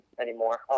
anymore